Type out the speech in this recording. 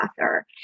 author